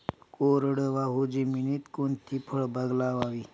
कोरडवाहू जमिनीत कोणती फळबाग लावावी?